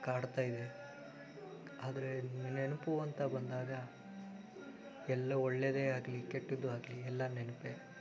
ಕಾಡ್ತಾಯಿವೆ ಆದರೆ ನೆನಪು ಅಂತ ಬಂದಾಗ ಎಲ್ಲ ಒಳ್ಳೇದೆ ಆಗಲಿ ಕೆಟ್ಟದು ಆಗಲಿ ಎಲ್ಲ ನೆನಪೇ